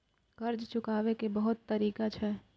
कर्जा चुकाव के बहुत तरीका छै?